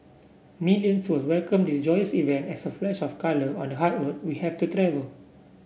millions will welcome this joyous event as a flash of colour on the hard road we have to travel